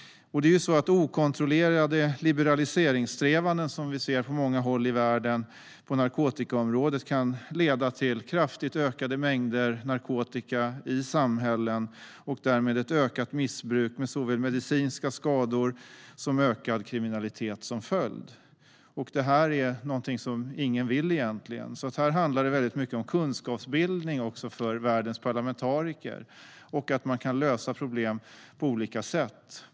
Okontrollerade liberaliseringssträvanden som vi ser på många håll i världen på narkotikaområdet kan leda till kraftigt ökade mängder narkotika i samhällen och därmed ett ökat missbruk med såväl medicinska skador som ökad kriminalitet som följd. Så är det ingen som vill ha det. Här handlar det också mycket om kunskapsbildning för världens parlamentariker och om att man kan lösa problem på olika sätt.